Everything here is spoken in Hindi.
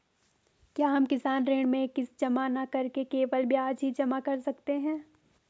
क्या हम किसान ऋण में किश्त जमा न करके केवल ब्याज ही जमा कर सकते हैं?